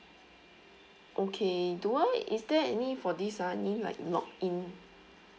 okay do I is there any for this ah any like lock in